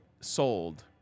sold